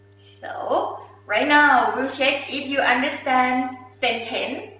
so right now we'll check if you understand sentence,